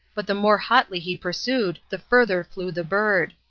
but the more hotly he pursued the further flew the bird.